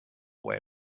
way